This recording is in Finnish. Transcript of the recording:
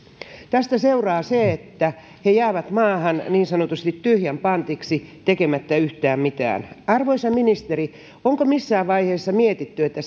tästä seuraa se että he jäävät maahan niin sanotusti tyhjän pantiksi tekemättä yhtään mitään arvoisa ministeri onko missään mietitty että